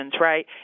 right